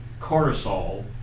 cortisol